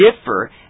Differ